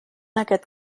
aquest